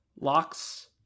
locks